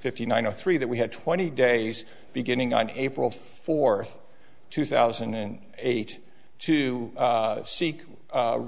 fifty nine to three that we had twenty days beginning on april fourth two thousand and eight to seek